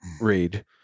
read